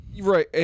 Right